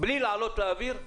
בלי לעלות לאוויר,